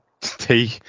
tea